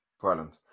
Brilliant